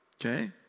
Okay